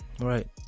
Right